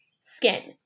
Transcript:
skin